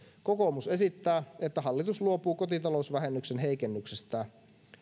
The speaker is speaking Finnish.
kokoomus esittää että hallitus luopuu kotitalousvähennyksen heikennyksestä